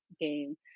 game